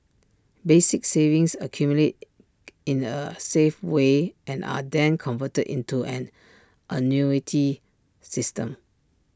basic savings accumulate in A safe way and are then converted into an annuity system